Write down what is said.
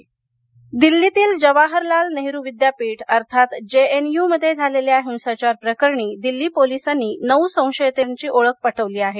JNU दिल्लीतील जवाहरलाल नेहरू विद्यापीठ अर्थात जेएनयूमध्ये झालेल्या हिंसाचार प्रकरणीदिल्ली पोलिसांनी नऊ संशयितांची ओळख पटवली आहे